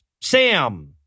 Sam